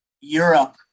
Europe